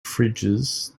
fridges